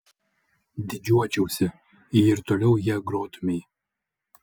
didžiuočiausi jei ir toliau ja grotumei